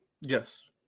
Yes